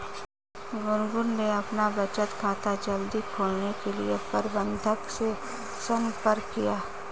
गुनगुन ने अपना बचत खाता जल्दी खोलने के लिए प्रबंधक से संपर्क किया